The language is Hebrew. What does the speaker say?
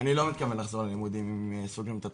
אני לא מתכוון לחזור ללימודים אם סוגרים את התוכנית.